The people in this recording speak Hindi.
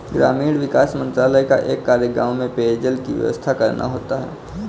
ग्रामीण विकास मंत्रालय का एक कार्य गांव में पेयजल की व्यवस्था करना होता है